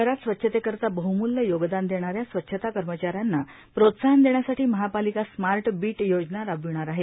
शहरात स्वच्छतेकरिता बहमूल्य योगदान देणाऱ्या स्वच्छता कर्मचाऱ्यांना प्रोत्साहन देण्यासाठी महापालिका स्मार्ट बिट योजना राबविणार आहे